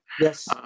Yes